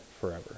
forever